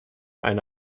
eine